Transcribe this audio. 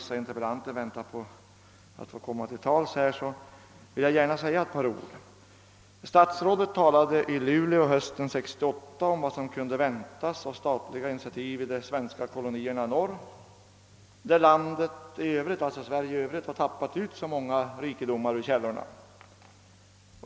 Statsrådet talade i Luleå hösten 1968 om vilka statliga initiativ som kunde väntas i de svenska kolonierna i norr, där Sverige i övrigt har tagit ut så många rikedomar ur källorna.